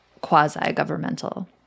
quasi-governmental